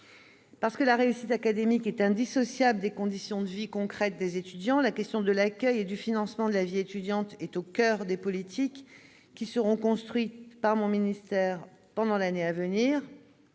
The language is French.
Parce que la réussite académique est indissociable des conditions de vie concrètes des étudiants, la question de l'accueil et du financement de la vie étudiante est au coeur des politiques qui seront conduites par mon ministère pendant l'année à venir.